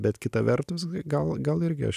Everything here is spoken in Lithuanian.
bet kita vertus gal gal irgi aš